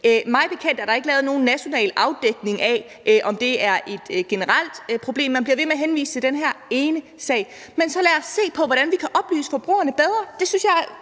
Mig bekendt er der ikke lavet nogen national afdækning af, om det er et generelt problem, og man bliver ved med at henvise til den her ene sag. Men lad os så se på, hvordan vi kan oplyse forbrugerne bedre. Det synes jeg